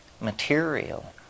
material